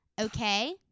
okay